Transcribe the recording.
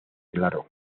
claro